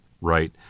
right